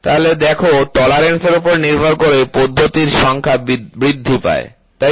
তাহলে দেখো টলারেন্স এর উপর নির্ভর করে পদ্ধতির সংখ্যা বৃদ্ধি পায় তাইতো